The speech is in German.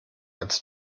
als